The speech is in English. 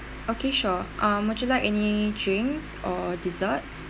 okay sure um would you like any drinks or desserts